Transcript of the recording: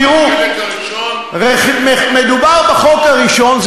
החלק הראשון, תראו, מדובר בחוק הראשון.